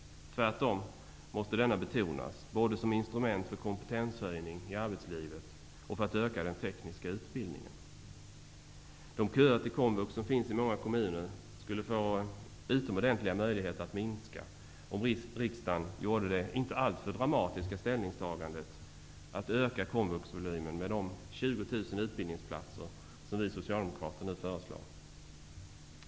Tvärtom måste denna betonas, både som instrument för kompetenshöjning i arbetslivet och för att öka den tekniska utbildningen. De köer till komvux som finns i många kommuner skulle ges utomordentliga möjligheter att minska om riksdagen gjorde det inte alltför dramatiska ställningstagandet att öka komvuxvolymen med de 20 000 utbildningsplatser som vi socialdemokrater nu föreslår.